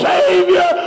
Savior